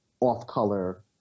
off-color